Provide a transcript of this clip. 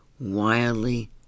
wildly